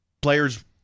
players